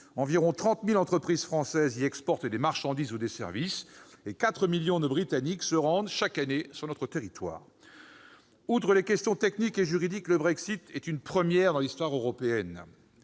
Environ 30 000 entreprises françaises exportent des marchandises ou des services vers la Grande-Bretagne, et 4 millions de Britanniques se rendent chaque année sur notre territoire. Au-delà des questions techniques et juridiques qu'il soulève, le Brexit est une première dans l'histoire européenne.